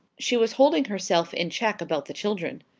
she was holding herself in check about the children.